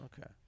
Okay